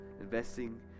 Investing